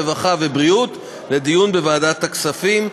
הרווחה והבריאות לדיון בוועדת הכספים.